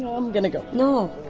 i'm going to go. no,